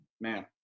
man